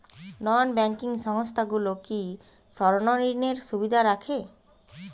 নন banking সংস্থাগুলো কি স্বর্ণঋণের সুবিধা রাখে?